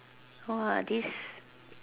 !wah! this